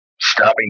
stopping